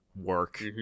work